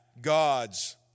God's